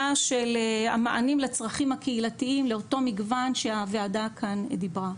של המענים לצרכים הקהילתיים לאותו מגוון שהוועדה כאן דיברה.